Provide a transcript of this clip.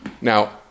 Now